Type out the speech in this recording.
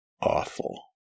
awful